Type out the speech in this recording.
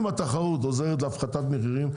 אם התחרות עוזרת להפחתת מחירים,